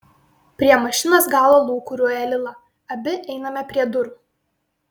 prie mašinos galo lūkuriuoja lila abi einame prie durų